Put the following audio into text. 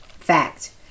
Fact